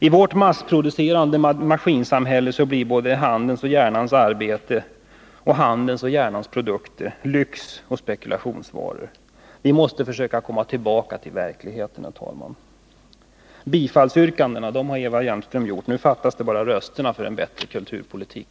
I vårt massproducerande maskinsamhälle blir både handens och hjärnans arbete och handens och hjärnans produkter lyxoch spekulationsvaror. Vi måste försöka komma tillbaka till verkligheten, herr talman. Bifallsyrkandena har framförts av Eva Hjelmström. Nu fattas bara rösterna för en bättre kulturpolitik.